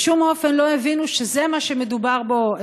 בשום אופן לא הבינו שזה מה שמדובר בו.